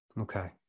Okay